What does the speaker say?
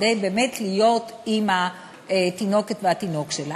כדי באמת להיות עם התינוקת או התינוק שלה.